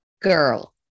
Girl